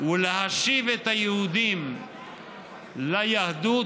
ולהשיב את היהודים ליהדות,